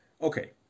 okay